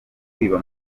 kwiba